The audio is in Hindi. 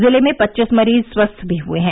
जिले में पच्चीस मरीज स्वस्थ भी हुए हैं